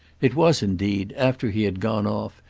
it was indeed, after he had gone off,